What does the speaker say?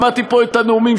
שמעתי פה את הנאומים,